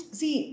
see